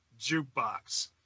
jukebox